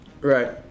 right